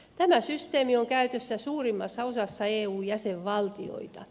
tämä systeemi on käytössä suurimmassa osassa eu jäsenvaltioita